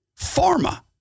Pharma